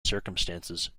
circumstances